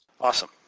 awesome